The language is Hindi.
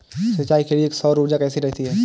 सिंचाई के लिए सौर ऊर्जा कैसी रहती है?